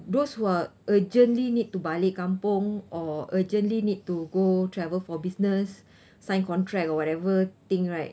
those who are urgently need to balik kampung or urgently need to go travel for business sign contract or whatever thing right